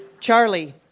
Charlie